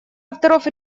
авторов